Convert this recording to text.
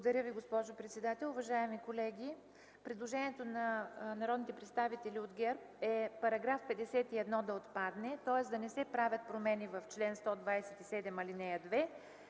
Благодаря Ви, госпожо председател! Уважаеми колеги, предложението на народните представители от ГЕРБ е § 51 да отпадне, тоест да не се правят промени в чл. 127, ал. 2,